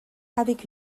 avec